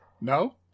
no